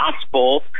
gospel